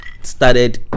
started